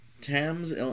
Tams